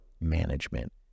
management